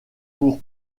pour